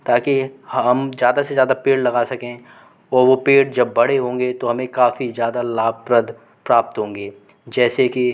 ताकि हम ज़्यादा से ज़यादा पेड़ लगा सकें व वो पेड़ जब बड़े होंगे तो हमें काफ़ी ज़्यादा लाभप्रद प्राप्त होंगे जैसे कि